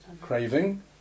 craving